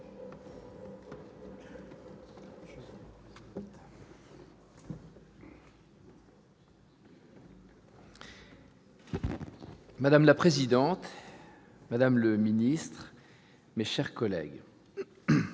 Madame la présidente, madame le ministre, mes chers collègues,